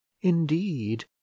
indeed